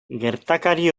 gertakari